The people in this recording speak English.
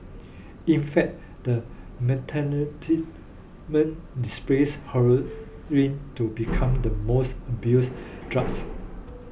in fact the displaced heroin to become the most abused drugs